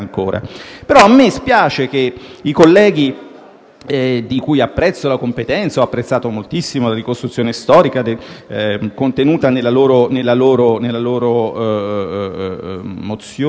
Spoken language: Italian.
però, spiace che i colleghi, dei quali apprezzo la competenza e dei quali ho apprezzato moltissimo la ricostruzione storica contenuta nella loro mozione,